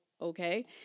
okay